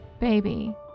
baby